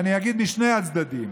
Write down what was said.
אני אגיד, משני הצדדים.